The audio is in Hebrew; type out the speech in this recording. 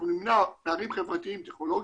אנחנו נמנע פערים חברתיים טכנולוגיים.